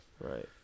Right